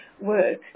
work